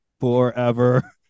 Forever